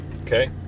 okay